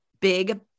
big